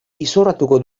izorratuko